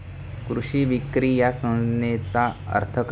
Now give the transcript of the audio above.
कृषी विक्री या संज्ञेचा अर्थ काय?